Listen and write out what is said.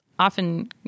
Often